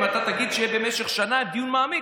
אם אתה תגיד שבמשך שנה יהיה דיון מעמיק,